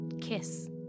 kiss